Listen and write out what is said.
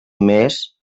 més